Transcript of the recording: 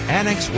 Annex